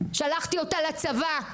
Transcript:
שלחתי אותה לצבא,